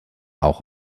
auch